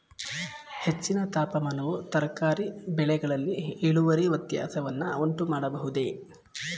ಹೆಚ್ಚಿನ ತಾಪಮಾನವು ತರಕಾರಿ ಬೆಳೆಗಳಲ್ಲಿ ಇಳುವರಿ ವ್ಯತ್ಯಾಸವನ್ನು ಉಂಟುಮಾಡಬಹುದೇ?